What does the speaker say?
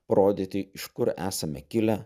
parodyti iš kur esame kilę